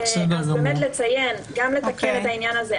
אז לתקן את העניין הזה,